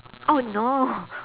oh no